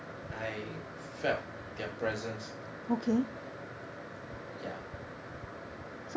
I felt their presence ya